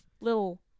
little